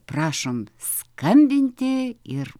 prašom skambinti ir